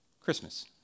Christmas